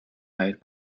hired